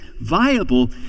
viable